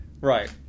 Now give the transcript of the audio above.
Right